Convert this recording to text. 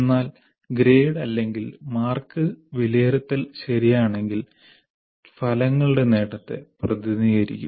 എന്നാൽ ഗ്രേഡ് അല്ലെങ്കിൽ മാർക്ക് വിലയിരുത്തൽ ശരിയാണെങ്കിൽ ഫലങ്ങളുടെ നേട്ടത്തെ പ്രതിനിധീകരിക്കും